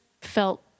felt